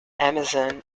amazon